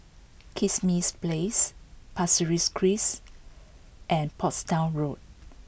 Kismis Place Pasir Ris Crest and Portsdown Road